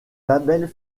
label